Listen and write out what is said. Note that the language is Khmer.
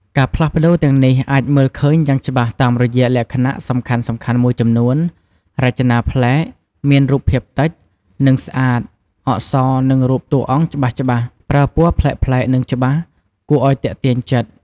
ការផ្លាស់ប្ដូរទាំងនេះអាចមើលឃើញយ៉ាងច្បាស់តាមរយៈលក្ខណៈសំខាន់ៗមួយចំនួន រចនាប្លែក មានរូបភាពតិច និងស្អាត អក្សរ និងរូបតួអង្គច្បាស់ៗ ប្រើពណ៌ប្លែកៗនឹងច្បាស់ គួរអោយទាក់ទាញចិត្ត ។